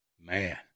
Man